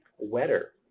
wetter